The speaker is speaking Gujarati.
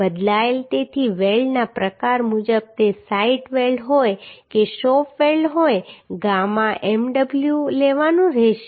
બદલાયેલ તેથી વેલ્ડના પ્રકાર મુજબ તે સાઇટ વેલ્ડ હોય કે શોપ વેલ્ડ હોય ગામા એમડબલ્યુ લેવાનું રહેશે